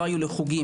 לא היו לי חוגים,